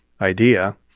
idea